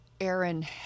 Aaron